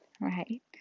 right